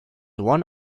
one